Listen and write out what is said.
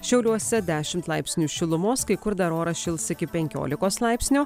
šiauliuose dešimt laipsnių šilumos kai kur dar oras šils iki penkiolikos laipsnių